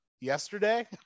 Yesterday